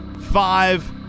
Five